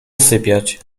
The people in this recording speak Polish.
usypiać